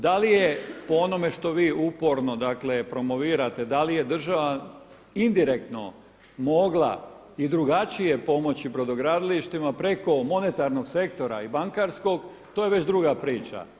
Da li je po onome što vi uporno, dakle promovirate da li je država indirektno mogla i drugačije pomoći brodogradilištima preko monetarnog sektora i bankarskog to je već druga priča.